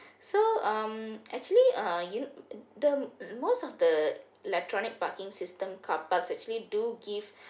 so um actually uh you know the um most of the electronic parking system car park actually do give